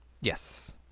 Yes